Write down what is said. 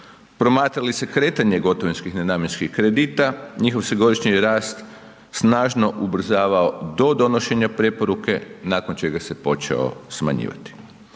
Promatra li se kretanje gotovinskih nenamjenskih kredita, njihov se godišnji rast snažno ubrzavao do donošenja preporuke nakon čega se počeo smanjivati.